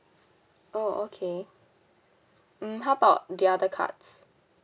oh okay hmm how about the other cards